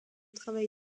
travail